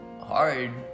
hard